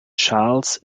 charles